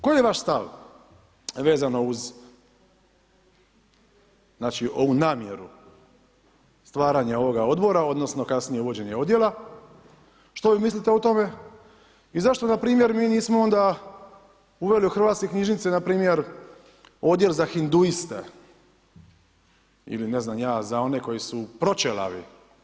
Koji je vaš stav vezano uz znači, ovu namjeru stvaranja ovoga odbora odnosno kasnije uvođenje odjela, što mi vi mislite o tome i zašto npr. mi nismo onda uveli u hrvatske knjižnice npr. odjela za hinduiste ili ne znam ja, za one koji su proćelavi?